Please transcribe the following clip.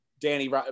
Danny